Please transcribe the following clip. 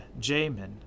Jamin